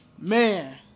Man